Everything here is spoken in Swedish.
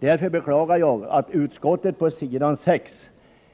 Därför beklagar jag att utskottet på s. 6